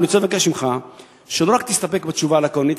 אני רוצה לבקש ממך שלא רק תסתפק בתשובה הלקונית,